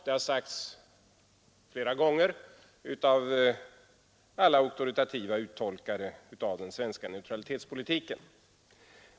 Det har sagts flera gånger av alla auktoritativa uttolkare av den svenska neutralitetspolitiken.